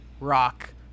rock